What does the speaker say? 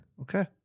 Okay